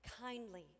kindly